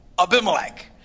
Abimelech